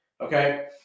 okay